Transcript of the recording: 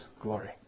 glory